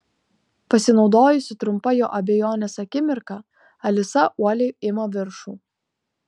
pasinaudojusi trumpa jo abejonės akimirka alisa uoliai ima viršų